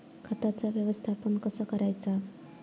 खताचा व्यवस्थापन कसा करायचा?